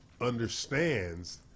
understands